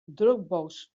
dropbox